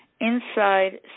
Inside